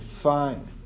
fine